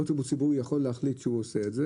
אוטובוס ציבורי יכול להחליט שהוא עושה את זה